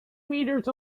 meters